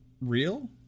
real